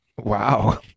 Wow